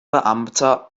beamter